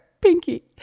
Pinky